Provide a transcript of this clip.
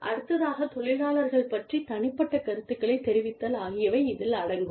அடுத்ததாகத் தொழிலாளர்கள் பற்றி தனிப்பட்ட கருத்துக்களைத் தெரிவித்தல் ஆகியவை இதில் அடங்கும்